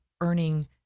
earning